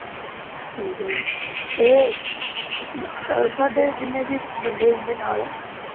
ਠੀਕ ਹੈ ਜੀ ਅਤੇ ਸਾਡੇ ਜਿੰਨ੍ਹੇ ਵੀ ਬੰਦੇ ਹੋਣਗੇ ਨਾਲ਼